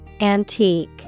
Antique